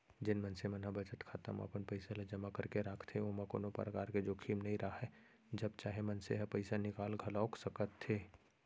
जेन मनसे मन ह बचत खाता म अपन पइसा ल जमा करके राखथे ओमा कोनो परकार के जोखिम नइ राहय जब चाहे मनसे ह पइसा निकाल घलौक सकथे